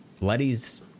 Letty's